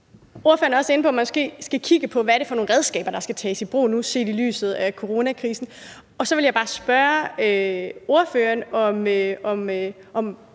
Ordføreren var også inde på, at man måske skal kigge på, hvad det er for nogle redskaber, der skal tages i brug nu set i lyset af coronakrisen. Og så vil jeg bare spørge ordføreren, om